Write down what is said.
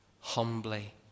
Humbly